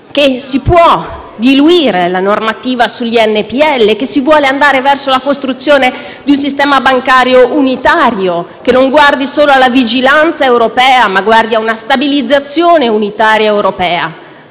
che si può diluire la normativa sugli NPL; che si vuole andare verso la costruzione di un sistema bancario unitario, che guardi non solo alla vigilanza europea, ma anche a una stabilizzazione unitaria europea.